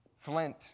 Flint